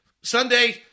Sunday